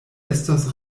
estos